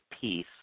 peace